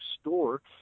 store